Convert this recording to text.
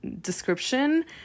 description